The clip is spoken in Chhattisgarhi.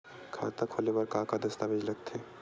खाता खोले बर का का दस्तावेज लगथे?